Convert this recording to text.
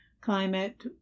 climate